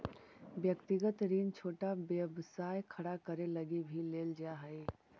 व्यक्तिगत ऋण छोटा व्यवसाय खड़ा करे लगी भी लेल जा हई